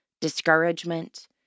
discouragement